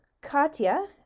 Katya